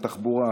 התחבורה,